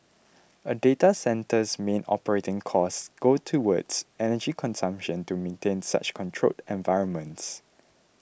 a data centre's main operating costs go towards energy consumption to maintain such controlled environments